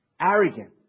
arrogant